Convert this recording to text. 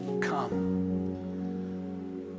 come